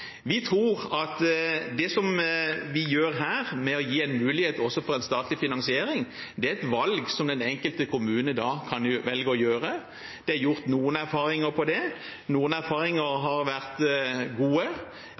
Vi tror at det vi gjør her – med å gi en mulighet også for statlig finansiering – er et valg den enkelte kommune kan gjøre. Det er gjort noen erfaringer med det. Noen erfaringer har vært gode,